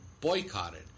boycotted